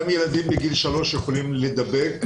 גם ילדים בגיל 3 יכולים להידבק.